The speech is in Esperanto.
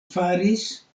faris